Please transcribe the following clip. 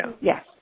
yes